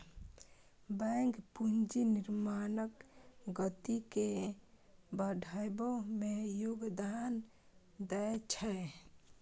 bank पूंजी निर्माणक गति के बढ़बै मे योगदान दै छै